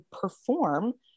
perform